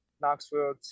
Knoxville